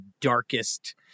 darkest